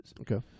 Okay